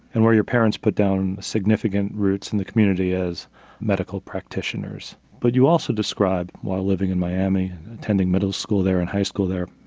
and where your parents put down significant roots in the community as medical practitioners. but you also described, while living in miami, attending middle school there, and high school there,